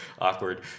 awkward